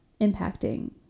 impacting